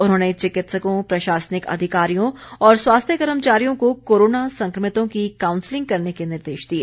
उन्होंने चिकित्सकों प्रशासनिक अधिकारियों और स्वास्थ्य कर्मचारियों को कोरोना संक्रमितों की कांउसलिंग करने के निर्देश दिए